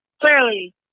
Clearly